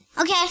Okay